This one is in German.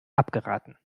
abgeraten